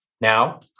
now